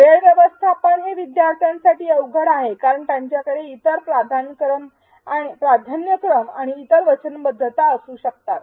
वेळ व्यवस्थापन हे विद्यार्थ्यांसाठी अवघड आहे कारण त्यांच्याकडे इतर प्राधान्यक्रम आणि इतर वचनबद्धता असू शकतात